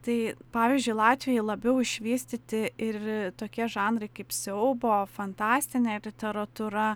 tai pavyzdžiui latvijoj labiau išvystyti ir tokie žanrai kaip siaubo fantastinė literatūra